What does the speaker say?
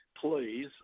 please